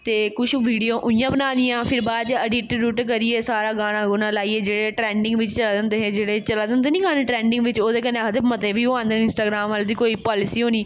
ते कुछ वीडियो उ'आं बनानियां फिर बाद च अडिट उडिट करियै सारा गाना गूनां लाइयै जेह्ड़े ट्रैंडिग बिच्च चला दे होंदे हे जेह्ड़े चला दे होंदे निं गाने ट्रैंडिंग बिच्च ओह्दे कन्नै आखदे मते ब्यू औंदे न इंस्टाग्राम आह्लें दी कोई पालसी होनी